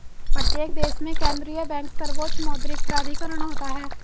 प्रत्येक देश में केंद्रीय बैंक सर्वोच्च मौद्रिक प्राधिकरण होता है